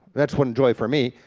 that's one joy for me,